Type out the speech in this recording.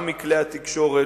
גם מכלי התקשורת,